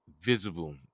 visible